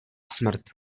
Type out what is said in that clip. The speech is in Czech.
smrt